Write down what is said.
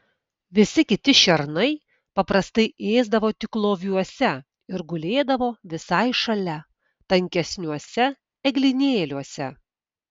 visi kiti šernai paprastai ėsdavo tik loviuose ir gulėdavo visai šalia tankesniuose eglynėliuose